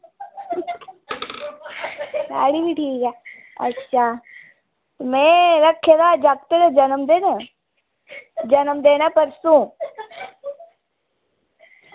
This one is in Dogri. होर लाड़ी भी ठीक अच्छा में रक्खे दा जागतै दा जन्मदिन जन्मदिन ऐ परसों